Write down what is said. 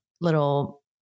little